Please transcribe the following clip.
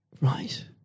Right